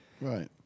Right